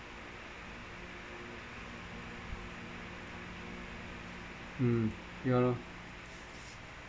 mm ya lor